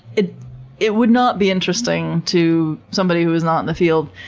it it would not be interesting to somebody who was not in the field.